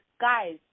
guys